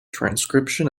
transcription